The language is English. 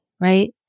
right